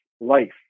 life